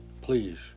Please